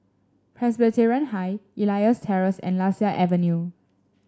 Presbyterian High Elias Terrace and Lasia Avenue